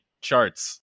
charts